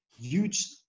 huge